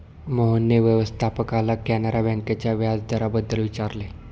मोहनने व्यवस्थापकाला कॅनरा बँकेच्या व्याजदराबाबत विचारले